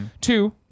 Two